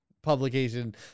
publication